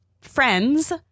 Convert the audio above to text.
friends